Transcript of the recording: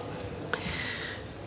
sastanke.